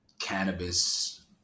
cannabis